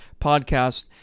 podcast